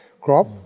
crop